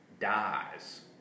dies